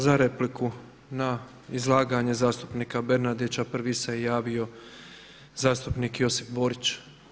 Za repliku na izlaganje zastupnika Bernardića prvi se javio zastupnik Josip Borić.